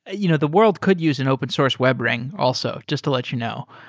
ah you know the world could use an open source webring also, just to let you know.